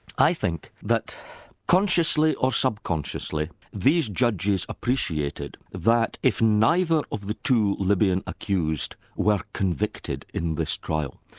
i think that consciously or subconsciously, these judges appreciated that if neither of the two libyan accused were convicted in this trial,